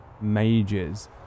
mages